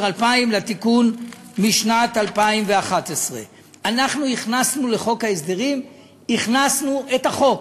2000 לתיקון משנת 2011. אנחנו הכנסנו לחוק ההסדרים את החוק